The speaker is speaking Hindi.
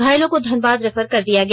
घायलों को धनबाद रेफर कर दिया गया